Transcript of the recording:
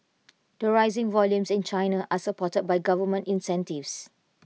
the rising volumes in China are supported by government incentives